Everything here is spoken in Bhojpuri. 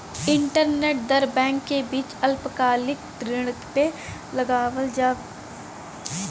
इंटरबैंक दर बैंक के बीच अल्पकालिक ऋण पे लगावल ब्याज क दर हौ